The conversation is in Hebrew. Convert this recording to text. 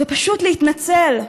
ופשוט להתנצל.